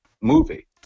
movie